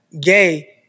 gay